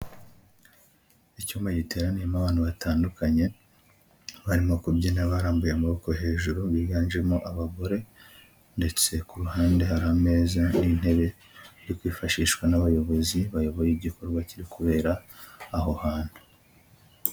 Icyumba giteraniyemo abantu batandukanye barimo kubyina barambuye amaboko hejuru, biganjemo abagore ndetse ku ruhande hari ameza n'intebe iri kwifashishwa n'abayobozi bayoboye igikorwa kiri kubera aho hantu.